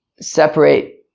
separate